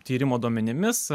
tyrimo duomenimis